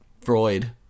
Freud